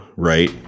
right